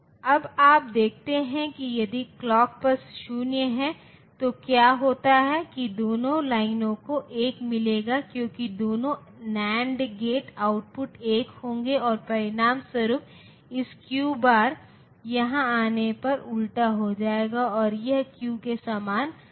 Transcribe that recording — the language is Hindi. अब आप देखते हैं कि यदि क्लॉक पल्स 0 है तो क्या होता है कि दोनों लाइनों को 1 मिलेगा क्योंकि दोनों NAND गेट आउटपुट 1 होंगे और परिणामस्वरूप इस Q बार यहाँ आने पर उलटा हो जाएगा और यह Q के समान रहेगा